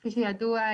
כפי שידוע,